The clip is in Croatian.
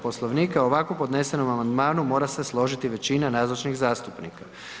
Poslovnika o ovako podnesenom amandmanu mora se složiti većina nazočnih zastupnika.